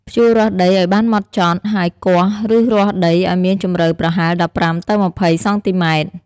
ភ្ជួររាស់ដីឱ្យបានហ្មត់ចត់ ហើយគាស់ឬរាស់ដីឱ្យមានជម្រៅប្រហែល ១៥ ទៅ ២០ សង់ទីម៉ែត្រ។